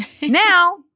Now